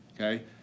okay